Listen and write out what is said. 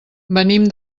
venim